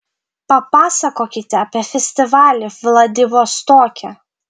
papasakokite apie festivalį vladivostoke